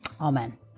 Amen